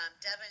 Devin